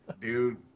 dude